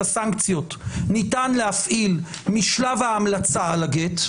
הסנקציות ניתן להפעיל משלב ההמלצה על הגט,